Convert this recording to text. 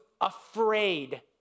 afraid